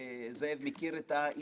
הם פנו